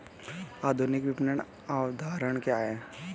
आधुनिक विपणन अवधारणा क्या है?